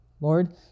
Lord